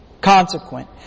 Consequent